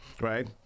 right